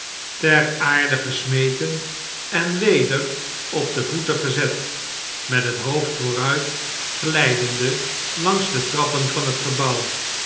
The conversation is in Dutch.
ter aarde gesmeten en weder op de voeten gezet met het hoofd vooruit gln'dende langs de trappen van het gebouw